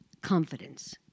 confidence